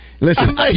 Listen